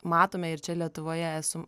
matome ir čia lietuvoje esu